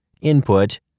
Input